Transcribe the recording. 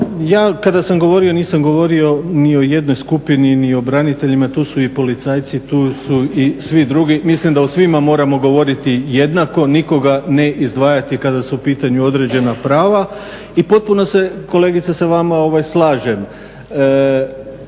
Ja kada sam govorio nisam govori ni o jednoj skupini, ni o braniteljima, tu su i policajci, tu su i svi drugi. Mislim da o svima moramo govoriti jednako nikoga ne izdvajati kada su u pitanju određena prava. I potpuno se kolegice sa vama slažem.